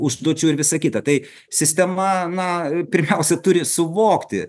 užduočių ir visa kita tai sistema na pirmiausia turi suvokti